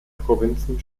provinzen